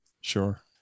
sure